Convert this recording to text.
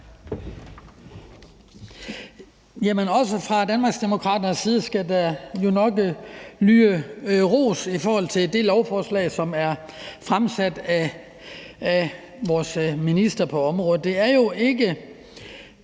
(DD): Også fra Danmarksdemokraternes side skal der lyde ros for det lovforslag, som er fremsat af vores minister på området. Det er jo ikke